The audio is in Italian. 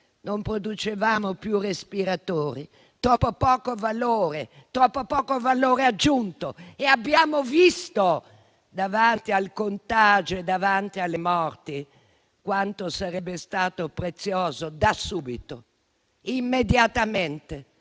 non producevamo più respiratori: troppo poco valore aggiunto. E abbiamo visto, davanti al contagio e davanti alle morti, quanto sarebbe stato prezioso da subito, immediatamente,